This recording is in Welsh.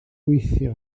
weithio